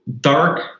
dark